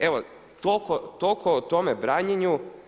Evo toliko o tome branjenju.